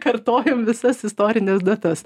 kartojom visas istorines datas